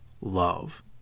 love